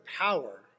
power